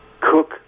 cook